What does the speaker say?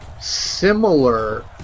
similar